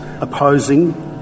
opposing